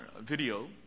video